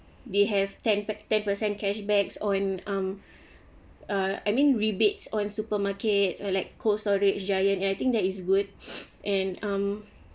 they have ten pe~ ten percent cashback on um err I mean rebates on supermarkets or like cold storage giant and I think that is good and um